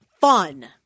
fun